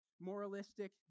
Moralistic